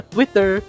Twitter